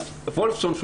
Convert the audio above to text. אז וולפסון,